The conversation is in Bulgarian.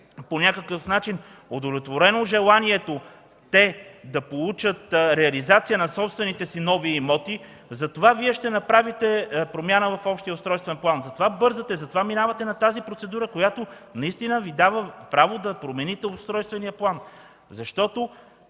да им бъде удовлетворено желанието да получат реализация на собствените си нови имоти. Затова Вие ще направите промяна в Общия устройствен план. Затова бързате, затова минавате на тази процедура, която наистина Ви дава право да промените устройствения план. Защото,